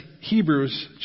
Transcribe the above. Hebrews